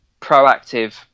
proactive